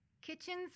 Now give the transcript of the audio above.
Kitchens